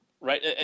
Right